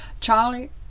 Charlie